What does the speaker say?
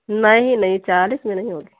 नहीं नहीं चालीस में नहीं होगी